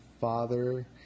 father